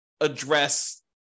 address